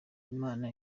imana